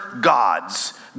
gods